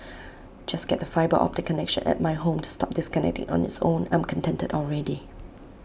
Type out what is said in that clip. just get the fibre optic connection at my home to stop disconnecting on its own I'm contented already